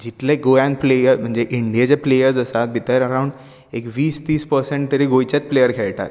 जितले गोंयांत प्लेयर म्हणजे इंडियेचे प्लेयरस अरावंड एक वीस तीस परसेंट तरी गोंयचेच प्लेयर खेळटात